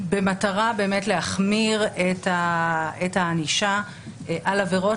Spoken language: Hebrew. כן במטרה להחמיר את הענישה על עבירות